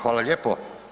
Hvala lijepo.